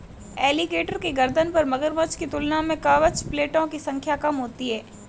alligator के गर्दन पर मगरमच्छ की तुलना में कवच प्लेटो की संख्या कम होती है